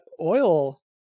Oil